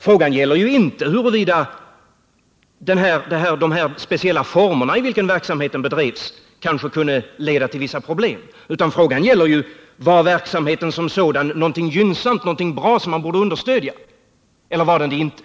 Frågan gäller ju inte huruvida de speciella former i vilka verksamheten bedrivs kunde leda till vissa problem, utan frågan gäller: Var verksamheten som sådan någonting gynnsamt och bra som man borde understödja eller var den det inte?